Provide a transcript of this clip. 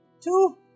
two